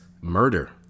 murder